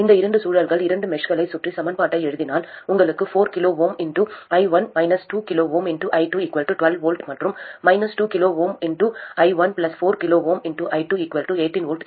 இந்த இரண்டு சுழல்கள் இரண்டு மெஷ்களைச் சுற்றி சமன்பாட்டை எழுதினால் உங்களுக்கு 4 kΩi1 2 kΩi2 12 V மற்றும் 2 kΩi1 4 kΩi2 18 V கிடைக்கும்